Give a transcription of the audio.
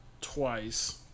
twice